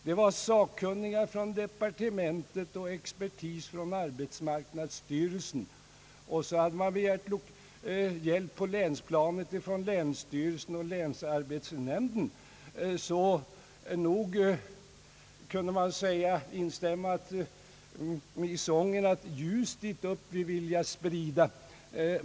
Det var sakkunniga från departementet och expertis från arbetsmarknadsstyrelsen. Dessutom hade man begärt hjälp på länsplanet från länsstyrelsen och länsarbetsnämnden, så nog kunde man instämma i sången »Ljus dit upp vi vilja sprida».